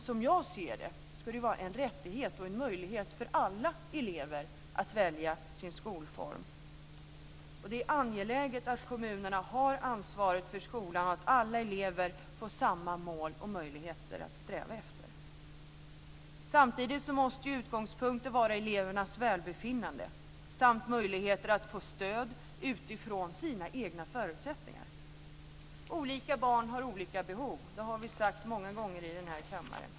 Som jag ser det ska det vara en rättighet och en möjlighet för alla elever att välja sin skolform. Det är angeläget att kommunerna har ansvaret för skolan och att alla elever får samma mål och möjligheter att sträva efter. Samtidigt måste utgångspunkten vara elevernas välbefinnande samt möjligheter att få stöd utifrån sina egna förutsättningar. Olika barn har olika behov - det har vi sagt många gånger i den här kammaren.